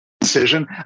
decision